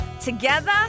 together